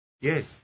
Yes